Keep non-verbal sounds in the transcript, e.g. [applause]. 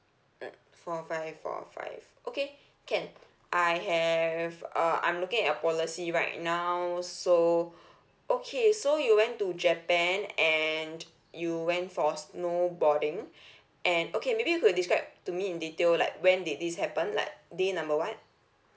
mm four five four five okay can I have uh I'm looking at your policy right now so okay so you went to japan and you went for snowboarding [breath] and okay maybe you could describe to me in detail like when did this happen like day number [what]